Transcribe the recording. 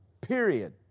Period